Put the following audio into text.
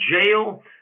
jail